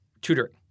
tutoring